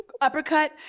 uppercut